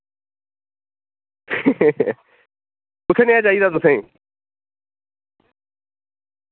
कुत्थें नेहें चाहिदा तुसें